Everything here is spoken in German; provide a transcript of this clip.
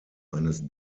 eines